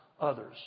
others